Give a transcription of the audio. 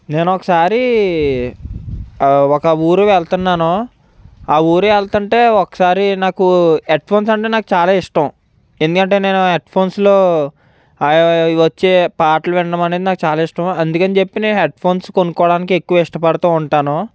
నేనొక సారి ఒక ఊరు వెళ్తున్నాను ఆ ఊరు ఎళ్తుంటే ఒకసారి నాకు హెడ్ ఫోన్స్ అంటే నాకు చాలా ఇష్టం ఎందుకంటే నేను హెడ్ ఫోన్స్లో ఆయా వచ్చే పాటలు వినడం అనేది నాకు చాలా ఇష్టం అందుకని చెప్పి నేను హెడ్ ఫోన్స్ కొనుక్కోవడానికి ఎక్కువ ఇస్తా పడుతూ ఉంటాను